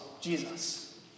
Jesus